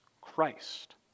Christ